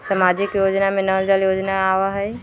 सामाजिक योजना में नल जल योजना आवहई?